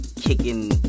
kicking